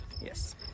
Yes